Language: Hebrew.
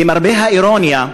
למרבה האירוניה,